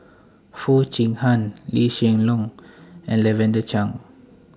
Foo Chee Han Lee Hsien Loong and Lavender Chang